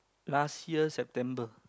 last year September